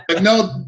no